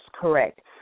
correct